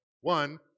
One